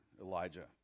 Elijah